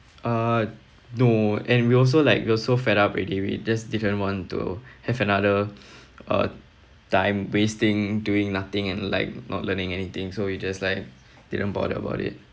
uh no and we also like we all so fed-up already we just didn't want to have another uh time wasting doing nothing and like not learning anything so we just like didn't bother about it